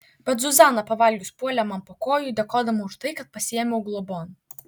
bet zuzana pavalgius puolė man po kojų dėkodama už tai kad pasiėmiau globon